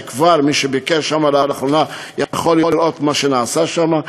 שמי שביקר שם לאחרונה כבר יכול לראות מה שנעשה שם.